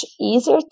easier